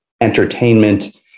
entertainment